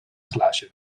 glaasje